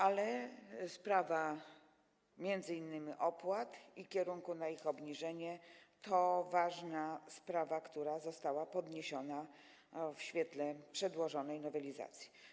Ale m.in. sprawa opłat i obrania kierunku na ich obniżenie to ważna sprawa, która została podniesiona w świetle przedłożonej nowelizacji.